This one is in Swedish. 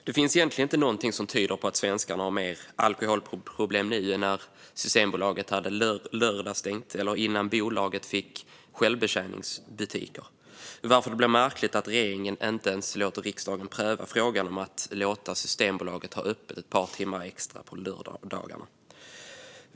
Det finns egentligen inte någonting som tyder på att svenskarna har mer alkoholproblem nu än när Systembolaget hade lördagsstängt eller innan Bolaget fick självbetjäningsbutiker, varför det blir märkligt att regeringen inte ens låter riksdagen pröva frågan om att låta Systembolaget ha öppet ett par timmar extra på lördagarna.